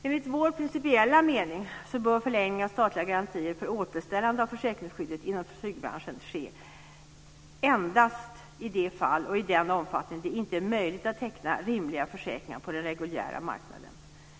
Enligt vår principiella mening bör förlängning av statliga garantier för återställande av försäkringsskydd inom flygbranschen ske endast i de fall och i den omfattning det inte är möjligt att teckna rimliga försäkringar på den reguljära marknaden.